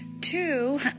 two